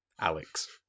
Alex